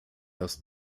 das